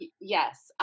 Yes